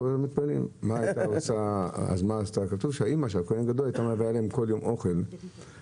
כתוב שאם הכהן הגדול הייתה מביאה להם כל יום אוכל כדי